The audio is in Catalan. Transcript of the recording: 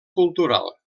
cultural